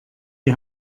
die